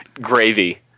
gravy